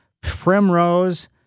primrose